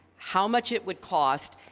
how much it would cost,